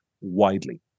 widely